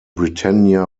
britannia